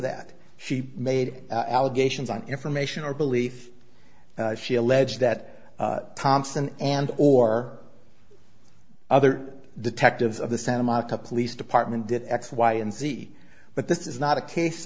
that she made allegations on information or belief she alleged that thompson and or other detectives of the santa monica police department did x y and z but this is not a case